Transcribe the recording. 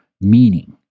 meaning